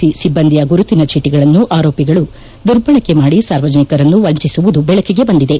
C ಸಿಬ್ಬಂದಿಯ ಗುರುತಿನ ಚೀಟಿಗಳನ್ನು ಆರೋಪಿಗಳು ದುರ್ಬಳಕೆ ಮಾದಿ ಸಾರ್ವಜನಿಕರನ್ನು ವಂಚಿಸುವುದು ಬೆಳಕಿಗೆ ಬಂದಿದೆ